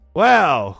wow